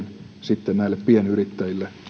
sitten näille pienyrittäjille